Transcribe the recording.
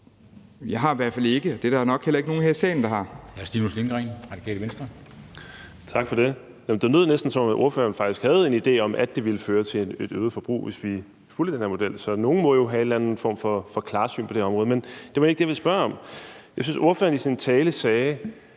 Jeg har i hvert fald ikke, og det er der nok heller ikke nogen her i salen der har.